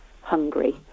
hungry